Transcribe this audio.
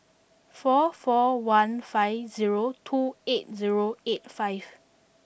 four four one five zero two eight zero eight five